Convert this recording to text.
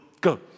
go